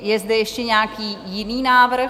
Je zde ještě nějaký jiný návrh?